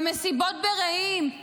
במסיבה ברעים,